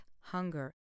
hunger